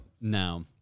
now